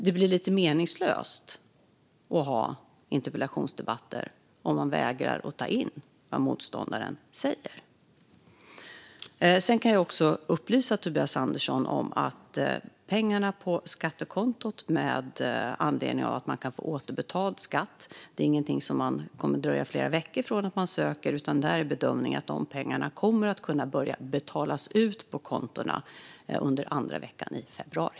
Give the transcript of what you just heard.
Det blir lite meningslöst att ha interpellationsdebatter om man vägrar att ta in vad motståndaren säger. Sedan kan jag också upplysa Tobias Andersson om att när det gäller att man kan få skatten återbetald kommer det inte att dröja flera veckor från att man söker, utan bedömningen är att pengarna kommer att kunna börja betalas ut på kontona under andra veckan i februari.